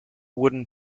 wooden